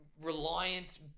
reliant